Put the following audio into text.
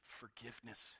forgiveness